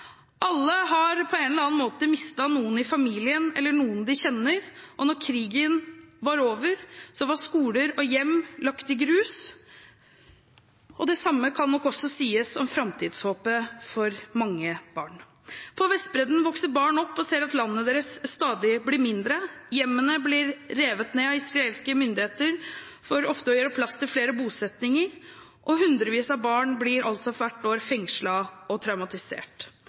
Alle har på en eller annen måte mistet noen i familien eller noen de kjenner, og da krigen var over, var skoler og hjem lagt i grus, og det samme kan nok også sies om framtidshåpet for mange barn. På Vestbredden vokser barn opp og ser at landet deres stadig blir mindre, hjemmene blir revet ned av israelske myndigheter for ofte å gjøre plass til flere bosettinger, og hundrevis av barn blir altså hvert år fengslet og traumatisert.